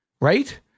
right